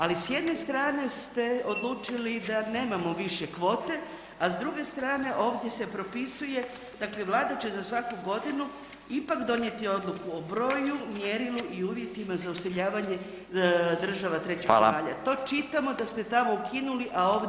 Ali s jedne strane ste odlučili da nemamo više kvote, a s druge strane ovdje se propisuje, dakle Vlada će za svaku godinu ipak donijeti odluku o broju, mjerilu i uvjetima za useljavanje država trećih zemalja [[Upadica: Hvala.]] to čitamo da ste tamo ukinuli, a ovdje ponovo uveli.